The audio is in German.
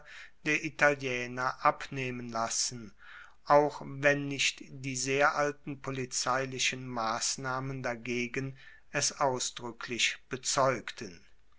der italiener abnehmen lassen auch wenn nicht die sehr alten polizeilichen massnahmen dagegen es ausdruecklich bezeugten